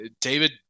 David